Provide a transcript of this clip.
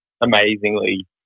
amazingly